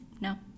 No